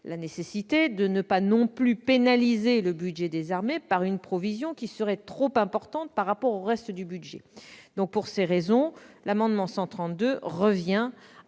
la nécessité de ne pas pénaliser le budget des armées par une provision qui serait trop importante par rapport au reste du budget. Pour ces raisons, l'amendement n° 132 vise à